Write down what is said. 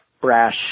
brash